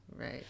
right